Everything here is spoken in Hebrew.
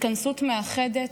התכנסות מאחדת,